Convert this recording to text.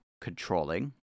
controlling